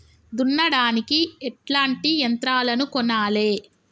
దున్నడానికి ఎట్లాంటి యంత్రాలను కొనాలే?